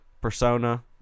persona